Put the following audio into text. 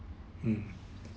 mm